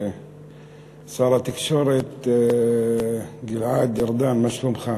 שר התקשורת גלעד ארדן, מה שלומך?